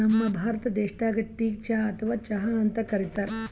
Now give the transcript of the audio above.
ನಮ್ ಭಾರತ ದೇಶದಾಗ್ ಟೀಗ್ ಚಾ ಅಥವಾ ಚಹಾ ಅಂತ್ ಕರಿತಾರ್